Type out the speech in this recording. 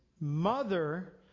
mother